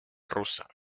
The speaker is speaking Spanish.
rusa